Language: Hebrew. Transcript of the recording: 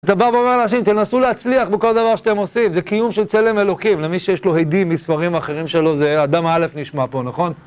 אתה בא ואומר לאנשים, תנסו להצליח בכל דבר שאתם עושים, זה קיום של צלם אלוקים, למי שיש לו הדים מספרים אחרים שלו זה אדם האלף נשמע פה, נכון?